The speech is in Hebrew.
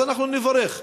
אז אנחנו נברך.